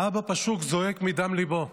האבא פשוט זועק מדם ליבו.